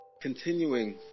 continuing